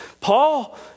Paul